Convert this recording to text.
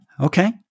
okay